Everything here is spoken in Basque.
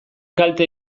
kalte